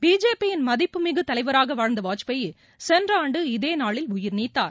BJP யின் மதிப்புமிகு தலைவராக வாழ்ந்த வாஜ்பாய் சென்ற ஆண்டு இதேநாளில் உயிர்நீத்தார்